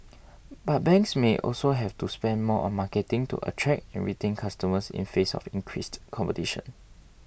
but banks may also have to spend more on marketing to attract and retain customers in face of increased competition